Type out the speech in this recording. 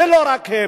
ולא רק הם.